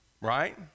right